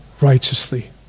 righteously